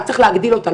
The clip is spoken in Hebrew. רק צריך להגדיל אותה,